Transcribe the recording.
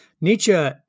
Nietzsche